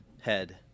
head